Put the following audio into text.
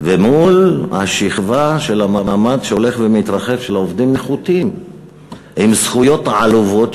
מול השכבה של המעמד שהולך ומתרחב של עובדים נחותים עם זכויות עלובות,